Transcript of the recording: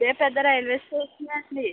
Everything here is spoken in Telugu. ఇదే పెద్ద రైల్వే స్టేషన్ అండి